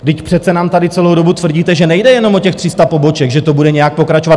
Vždyť přece nám tady celou dobu tvrdíte, že nejde jenom o těch 300 poboček, že to bude nějak pokračovat.